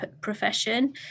profession